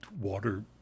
water